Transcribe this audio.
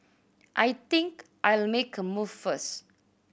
I think I'll make a move first